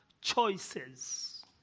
choices